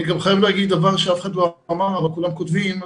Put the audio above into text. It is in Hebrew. אני גם חייב להגיד דבר שאף אחד לא אמר אבל כולם כותבים,